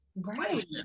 great